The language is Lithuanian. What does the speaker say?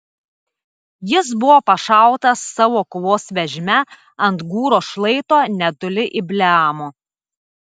jis buvo pašautas savo kovos vežime ant gūro šlaito netoli ibleamo